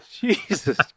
Jesus